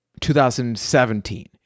2017